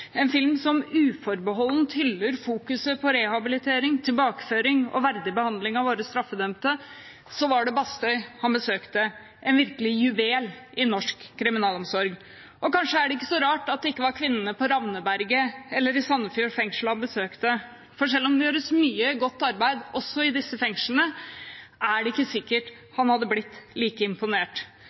en film som uforbeholdent hyller fokuset på rehabilitering, tilbakeføring og verdig behandling av våre straffedømte, var det Bastøy han besøkte – en virkelig juvel i norsk kriminalomsorg. Kanskje er det ikke så rart at det ikke var kvinnene på Ravneberget eller i Sandefjord fengsel han besøkte. Selv om det gjøres mye godt arbeid også i disse fengslene, er det ikke sikkert han hadde blitt like imponert,